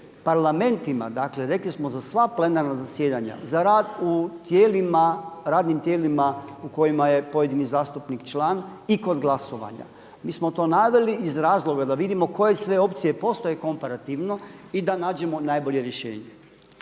parlamentima, dakle rekli smo za sva plenarna zasjedanja, za rad u radnim tijelima u kojima je pojedini zastupnik član i kod glasovanja, mi smo to naveli iz razloga da vidimo koje sve opcije postoje komparativno i da nađemo najbolje rješenje.